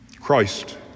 christ